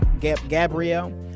Gabrielle